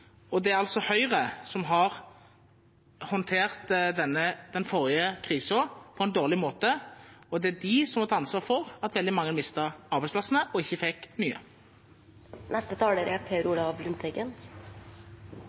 realitet. Det er altså Høyre som har håndtert den forrige krisen på en dårlig måte, og det er de som må ta ansvar for at veldig mange mistet arbeidsplassene og ikke fikk nye. Det er